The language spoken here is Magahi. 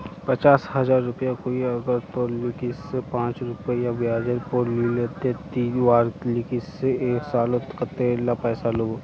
पचास हजार रुपया कोई अगर तोर लिकी से पाँच रुपया ब्याजेर पोर लीले ते ती वहार लिकी से एक सालोत कतेला पैसा लुबो?